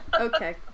okay